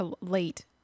late